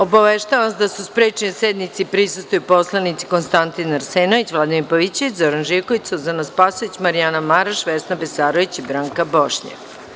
Obaveštavam vas da su sprečeni da sednici prisustvuju poslanici: Konstantin Arsenović, Vladimir Pavićević, Zoran Živković, Suzana Spasojević, Marijana Maraš, Vesna Bisarović i Branka Bošnjak.